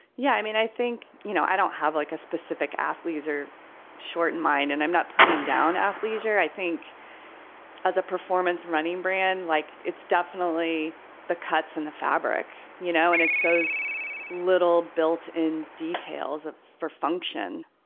yeah, i mean, i think, you know, i don't have like a specific. athletes are short in mine and i'm not putting down athleisure. i think as a performance running brand, like it's definitely the cuts in the fabric, you know, and it's those little built in details for function.